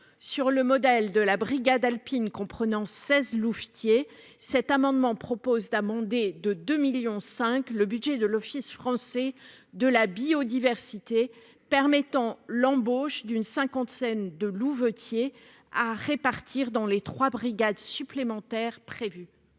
sur le modèle de la brigade alpine, qui comprend 16 louvetiers, cet amendement vise à abonder de 2,5 millions d'euros le budget de l'Office français de la biodiversité, afin de permettre l'embauche d'une cinquantaine de louvetiers, à répartir dans les trois brigades supplémentaires qui